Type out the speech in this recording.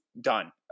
done